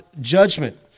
judgment